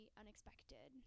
unexpected